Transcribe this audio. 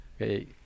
Okay